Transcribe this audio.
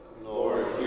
Lord